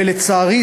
ולצערי,